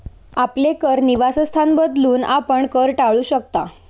आपले कर निवासस्थान बदलून, आपण कर टाळू शकता